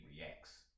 Reacts